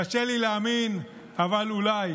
קשה לי להאמין, אבל אולי.